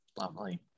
lovely